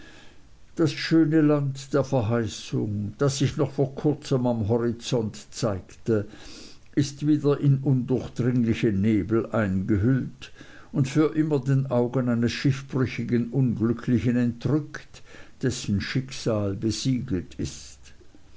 das schöne land der verheißung das sich noch vor kurzem am horizonte zeigte ist wieder in undurchdringliche nebel eingehüllt und für immer den augen eines schiffbrüchigen unglücklichen entrückt dessen schicksal besiegelt ist